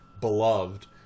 beloved